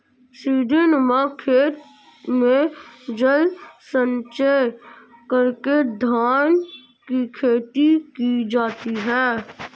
सीढ़ीनुमा खेत में जल संचय करके धान की खेती की जाती है